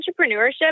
entrepreneurship